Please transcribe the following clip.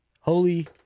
Holy